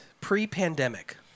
pre-pandemic